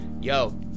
yo